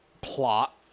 plot